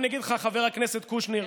חבר הכנסת קושניר,